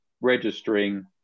registering